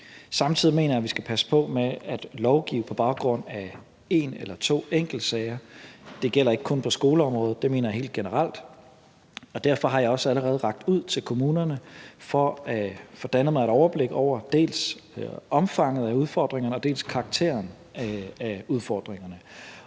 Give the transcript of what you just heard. Samtidig mener jeg, at vi skal passe på med at lovgive på baggrund af en eller to enkeltsager. Det gælder ikke kun på skoleområdet, det mener jeg helt generelt, og derfor har jeg også allerede rakt ud til kommunerne for at danne mig et overblik over, dels omfanget af udfordringerne, dels karakteren af udfordringerne.